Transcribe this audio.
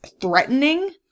threatening